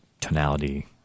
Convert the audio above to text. tonality